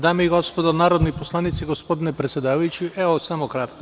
Dame i gospodo narodni poslanici, gospodine predsedavajući, samo ću kratko.